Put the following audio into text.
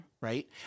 right